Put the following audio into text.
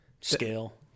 Scale